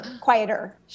quieter